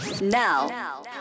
Now